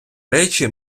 речі